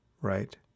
right